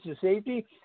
safety